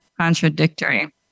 contradictory